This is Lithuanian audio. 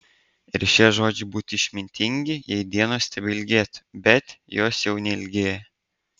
ir šie žodžiai būtų išmintingi jei dienos tebeilgėtų bet jos jau neilgėja